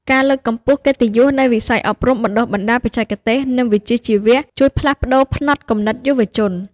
ការលើកកម្ពស់កិត្តិយសនៃវិស័យអប់រំបណ្ដុះបណ្ដាលបច្ចេកទេស និងវិជ្ជាជីវៈ ជួយផ្លាស់ប្តូរផ្នត់គំនិតយុវជន។